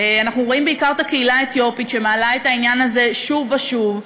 אנחנו רואים בעיקר את הקהילה האתיופית שמעלה את העניין הזה שוב ושוב,